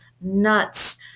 nuts